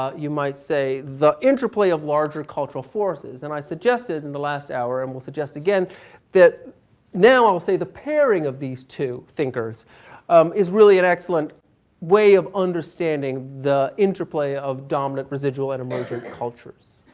ah you might say, the interplay of larger cultural forces. and i suggested in the last hour and will suggest again that now i'll say the pairing of these two thinkers is really an excellent way of understanding the interplay of dominant, residual, and emergent cultures.